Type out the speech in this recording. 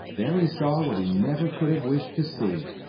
there he saw what he never could have wished to see.